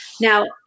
now